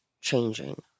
changing